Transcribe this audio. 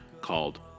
called